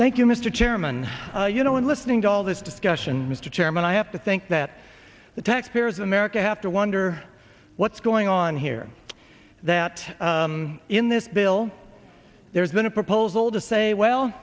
thank you mr chairman you know in listening to all this discussion mr chairman i have to think that the taxpayers of america have to wonder what's going on here that in this bill there's been a proposal to say well